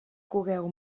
cogueu